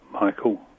Michael